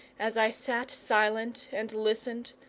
as i sat silent and listened,